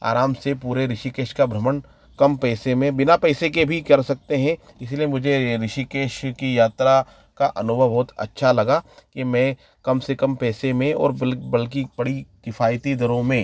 आराम से पूरे ऋषिकेश का भ्रमण कम पैसे में बिना पैसे के भी कर सकते हें इसलिए मुझे ये ऋषिकेश की यात्रा का अनुभव बहुत अच्छा लगा कि में कम से कम पैसे में और बल बल्कि बड़ी किफ़ायती दरों में